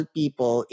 people